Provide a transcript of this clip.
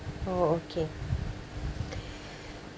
oh okay